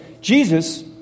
Jesus